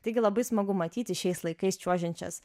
taigi labai smagu matyti šiais laikais čiuožiančias